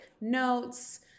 notes